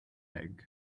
egg